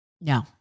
No